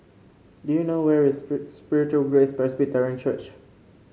do you know where is Spiritual Grace Presbyterian Church